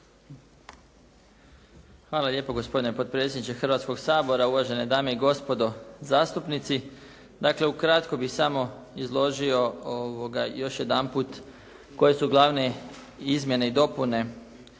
Hvala lijepo gospodine potpredsjedniče Hrvatskog sabora. Uvažene dame i gospodo zastupnici. Dakle, ukratko bih samo izložio još jedanput koji su glavne izmjene i dopune